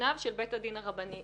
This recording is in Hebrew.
בפניו של בית הדין הרבני.